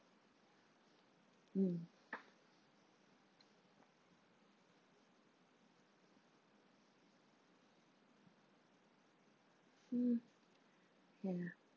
mm mm yeah